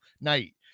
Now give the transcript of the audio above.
night